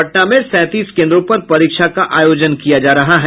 पटना में सैंतीस केंद्रों पर परीक्षा का आयोजन किया जा रहा है